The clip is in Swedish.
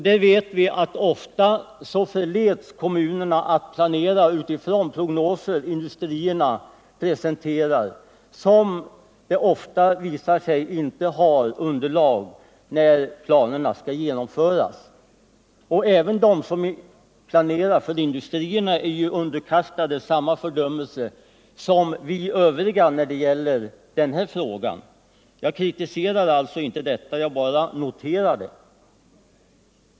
Vi vet att ofta förleds kommunerna att planera utifrån prognoser som industrierna presenterar och som inte sällan visar sig sakna underlag när planerna skall genomföras. Även de som planerar för industrierna är ju underkastade samma fördömelse som vi övriga när det gäller den här frågan. Jag kritiserar alltså inte detta — jag bara noterar det.